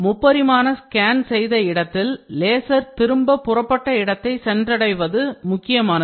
முப்பரிமாண ஸ்கேன் செய்த இடத்தில் லேசர் திரும்ப புறப்பட்ட இடத்தை சென்றடைவது முக்கியமானது